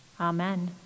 Amen